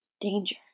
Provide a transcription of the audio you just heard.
Danger